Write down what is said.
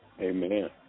Amen